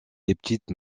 petites